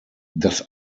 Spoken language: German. das